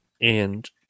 and-